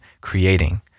creating